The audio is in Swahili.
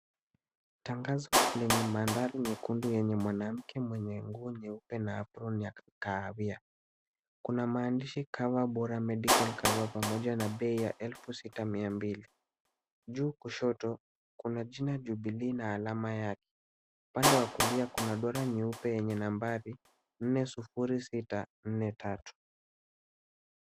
Tangazo lenye mandhari nyekundu yenye mwanamke mwenye nguo nyeupe na aproni ya kahawia. Kuna maandishi cover bora medical cover pamoja na bei ya 6,200. Juu kushoto kuna jina Jubilee na alama yake . Upande wa kulia kuna duara nyeupe yenye nambari 40643.